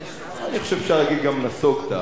אני חושב שאפשר להגיד גם: נסוגְת,